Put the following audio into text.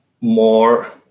more